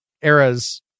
eras